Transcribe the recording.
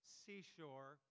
seashore